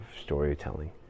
storytelling